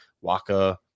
waka